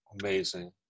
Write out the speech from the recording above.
Amazing